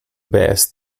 best